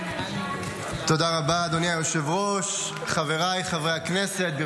תודה רבה, אדוני היושב-ראש, חבריי חברי הכנסת.